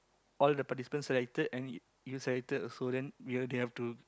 all the participants selected and you you selected also then you you have to